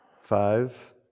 Five